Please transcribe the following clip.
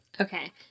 Okay